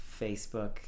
facebook